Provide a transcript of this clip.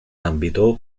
ambito